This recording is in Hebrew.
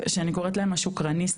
שאני קוראת להן השוקרניסטיות,